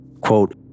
quote